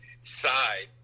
side